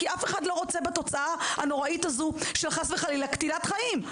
כי אף אחד לא רוצה בתוצאה הנוראית הזאת של חס וחלילה קטילת חיים.